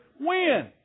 win